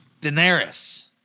Daenerys